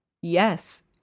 Yes